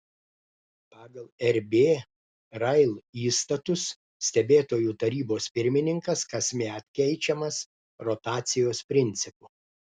pagal rb rail įstatus stebėtojų tarybos pirmininkas kasmet keičiamas rotacijos principu